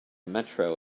metro